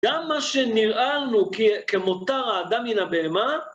גם מה שנראה לנו כמותר האדם מן הבהמה